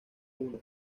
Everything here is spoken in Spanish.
una